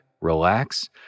relax